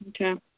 Okay